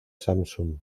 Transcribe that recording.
samsung